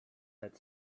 had